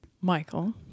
Michael